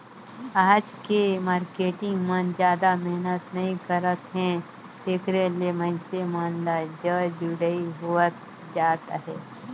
आज के मारकेटिंग मन जादा मेहनत नइ करत हे तेकरे ले मइनसे मन ल जर जुड़ई होवत जात अहे